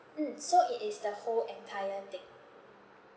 mm so it is the whole entire thing